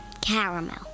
Caramel